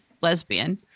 lesbian